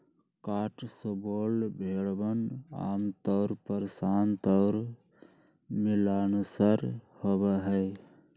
Cotswold भेड़वन आमतौर पर शांत और मिलनसार होबा हई